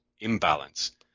imbalance